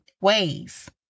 ways